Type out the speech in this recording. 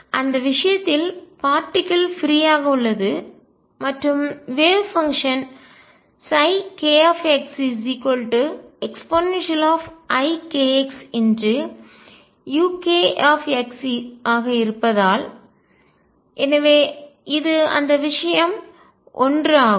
அந்த விஷயத்தில் particle free ஆக உள்ளது மற்றும் வேவ் பங்ஷன் அலை செயல்பாடு kxeikxuk ஆக இருப்பதால் எனவே இது அந்த விஷயம் 1 ஆகும்